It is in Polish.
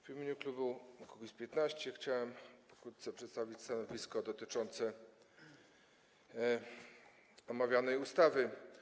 W imieniu klubu Kukiz’15 chciałem pokrótce przedstawić stanowisko dotyczące omawianej ustawy.